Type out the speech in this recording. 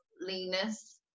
leanness